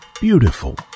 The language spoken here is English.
Beautiful